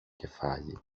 κεφάλι